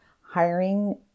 hiring